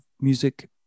music